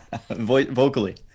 vocally